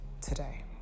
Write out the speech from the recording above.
today